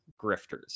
grifters